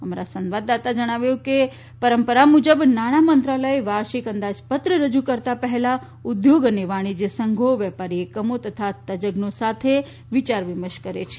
અમારા સંવાદદાતાએ જણાવ્યું છે કે પરંપરા મુજબ નાણા મંત્રાલય વાર્ષિક અંદાજપત્ર રજૂ કરતા પહેલા ઉદ્યોગ અને વાણિશ્વ્ય સંઘો વેપારી એકમો તથા તજન્નો સાથે અંદાજપત્ર પહેલાં વિચાર વિમર્શ કરે છે